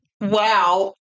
Wow